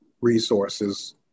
resources